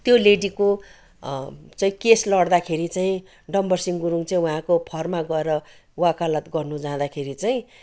त्यो लेडीको चाहिँ केस लड्दाखेरि चाहिँ डम्बरसिहँ गुरुङ चाहिँ उहाँको फरमा गएर वाकालत गर्नु जाँदाखेरि चाहिँ